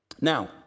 Now